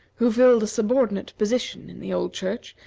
who filled a subordinate position in the old church,